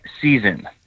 season